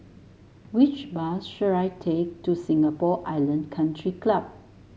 which bus should I take to Singapore Island Country Club